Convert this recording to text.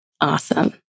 Awesome